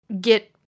get